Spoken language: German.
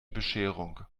bescherung